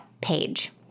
page